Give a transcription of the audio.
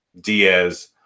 Diaz